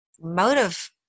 motive